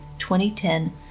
2010